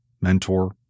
mentor